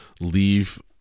leave